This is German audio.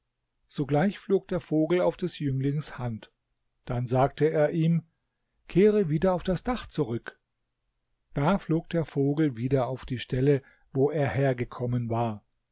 sogleich flog der vogel auf des jünglings hand dann sagte er ihm kehre wieder auf das dach zurück da flog der vogel wieder auf die stelle wo er hergekommen war